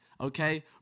okay